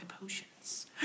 potions